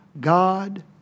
God